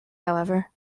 however